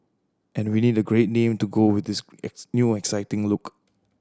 and we need a great name to go with this new exciting look